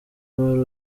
wari